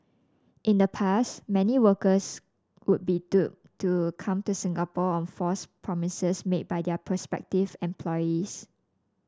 in the past many workers would be duped duped to come to Singapore on false promises made by their prospective employees